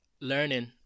learning